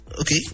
Okay